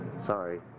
Sorry